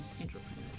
entrepreneurs